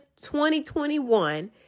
2021